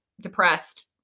depressed